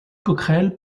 coquerel